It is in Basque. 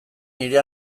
nire